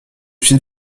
suis